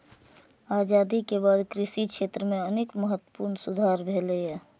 आजादी के बाद कृषि क्षेत्र मे अनेक महत्वपूर्ण सुधार भेलैए